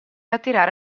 attirare